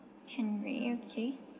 kenny okay